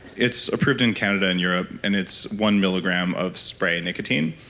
it's approved in canada and europe and it's one milligram of spray nicotine,